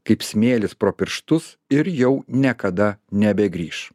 kaip smėlis pro pirštus ir jau niekada nebegrįš